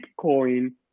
Bitcoin